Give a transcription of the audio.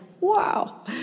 wow